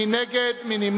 מי נגד?